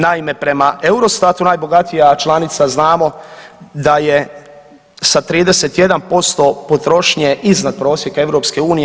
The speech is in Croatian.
Naime, prema EUROSTAT-u najbogatija članica znamo da je sa 31% potrošnje iznad prosjeka EU.